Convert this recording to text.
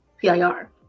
PIR